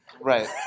Right